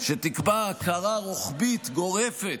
שתקבע הכרה רוחבית, גורפת,